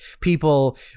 people